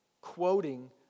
quoting